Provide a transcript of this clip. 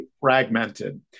fragmented